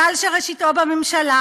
גל שראשיתו בממשלה,